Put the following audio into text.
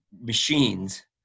machines